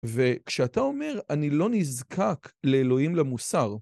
וכשאתה אומר אני לא נזקק לאלוהים למוסר